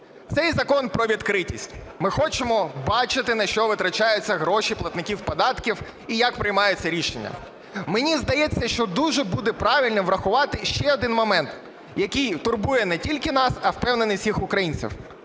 Цей закон про відкритість. Ми хочемо бачити, на що витрачаються гроші платників податків і як приймаються рішення. Мені здається, що дуже буде правильним врахувати ще один момент, який турбує не тільки нас, а, впевнений, всіх українців